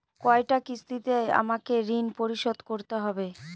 কয়টা কিস্তিতে আমাকে ঋণ পরিশোধ করতে হবে?